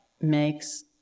makes